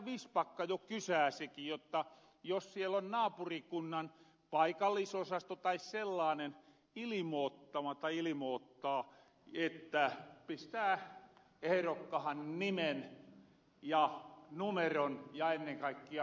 vistbacka jo kysäsikin jotta jos siellä naapurikunnan paikallisosasto tai seellaanen ilmoottaa että pistää ehrokkahan nimen ja numeron ja ennen kaikkea kuvan